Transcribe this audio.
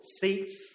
seats